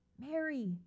Mary